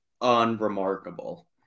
unremarkable